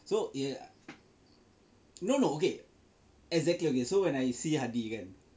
so ya no no okay exactly okay so when I see Hadi kan